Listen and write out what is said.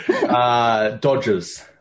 Dodgers